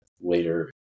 later